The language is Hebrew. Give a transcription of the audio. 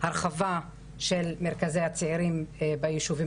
להרחבה של מרכזי הצעירים ביישובים